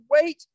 wait